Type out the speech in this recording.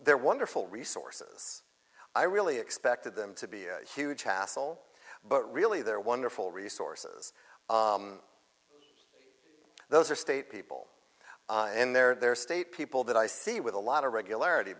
they're wonderful resources i really expected them to be a huge hassle but really they're wonderful resources those are state people in their state people that i see with a lot of regularity